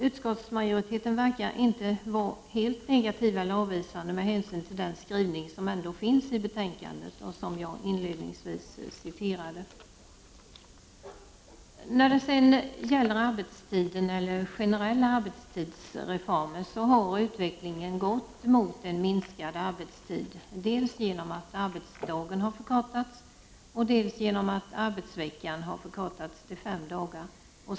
Utskottsmajoriteten verkar inte vara helt negativ eller avvisande med hänsyn till den skrivning som ändå finns i betänkandet och som jag inledningsvis nämnde. När det gäller arbetstiden eller generella arbetstidsreformer har utvecklingen gått mot en minskad arbetstid, dels genom att arbetsdagen har förkortats, dels genom att arbetsveckan har förkortats till fem dagar.